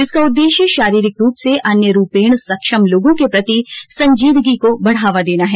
इसका उद्देश्य शारीरिक रूप से अन्यरूपेण सक्षम लोगों के प्रति संजीदगी को बढ़ावा देना है